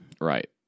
Right